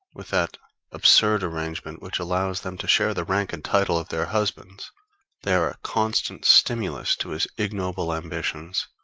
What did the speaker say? with that absurd arrangement which allows them to share the rank and title of their husbands they are a constant stimulus to his ignoble ambitions.